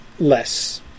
Less